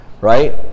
right